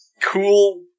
cool